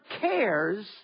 cares